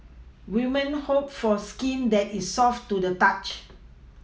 women hope for skin that is soft to the touch